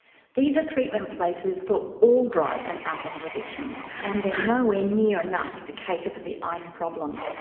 these are treatment places for all drug and alcohol addictions and they're nowhere near enough to cater for the ice problem.